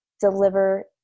deliver